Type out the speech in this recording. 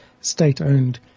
state-owned